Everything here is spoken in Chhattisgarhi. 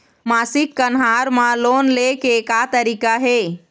मासिक कन्हार म लोन ले के का तरीका हे?